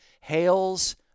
hails